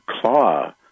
claw